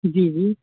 جی جی